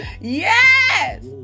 Yes